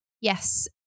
Yes